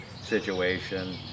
situation